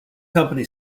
company